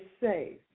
safe